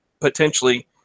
potentially –